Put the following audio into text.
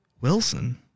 Wilson